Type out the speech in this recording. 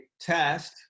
test